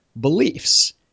beliefs